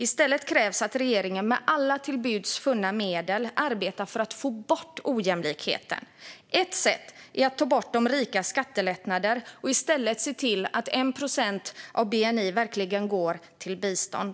I stället krävs att regeringen med alla till buds funna medel arbetar för att få bort ojämlikheten. Ett sätt är att ta bort de rikas skattelättnader och i stället se till att 1 procent av bni verkligen går till bistånd.